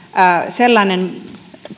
sellainen